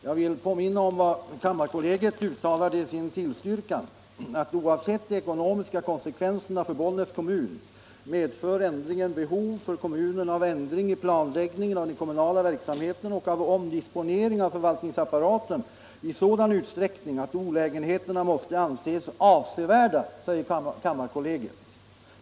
Jag vill påminna om vad kammarkollegiet uttalade i sitt tillstyrkande: Oavsett de ekonomiska konsekvenserna för Bollnäs kommun medför ändringen behov för kommunen av ändring i planläggningen av den kommunala verksamheten och av omdisponering av förvaltningsapparaten i sådan utsträckning att olägenheterna måste anses avsevärda.